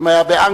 אם היה באנגליה,